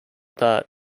that